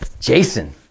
jason